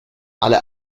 alle